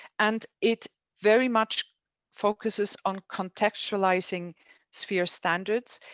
and it very much focuses on contextualising sphere standards.